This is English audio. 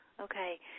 okay